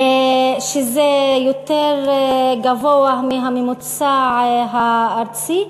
שזה יותר גבוה מהממוצע הארצי.